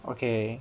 okay